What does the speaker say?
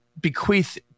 bequeath